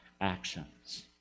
actions